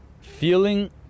feeling